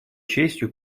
честью